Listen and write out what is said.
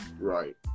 Right